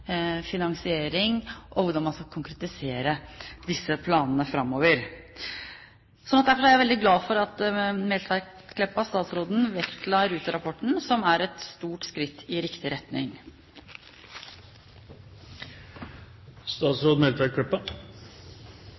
finansiering og hvordan man skal konkretisere disse planene framover. Derfor er jeg veldig glad for at statsråd Meltveit Kleppa vektla Ruter-rapporten, som er et stort skritt i riktig